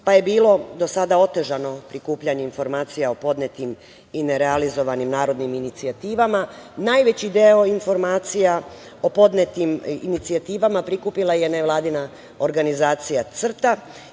pa je bilo do sada otežano prikupljanje informacija o podnetim i nerealizovanim narodnim inicijativama. Najveći deo informacija o podnetim inicijativama prikupila je nevladina organizacija CRTA